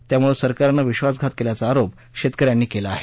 त्यामळे सरकारनं विश्वासघात केल्याचा आरोप शेतकऱ्यांनी केला आहे